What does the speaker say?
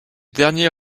dernier